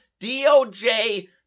DOJ